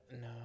No